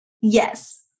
Yes